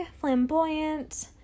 flamboyant